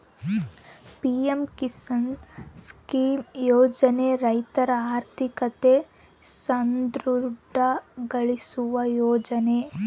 PM Kisan scheme ಯೋಜನೆ ರೈತರ ಆರ್ಥಿಕತೆ ಸದೃಢ ಗೊಳಿಸುವ ಯೋಜನೆ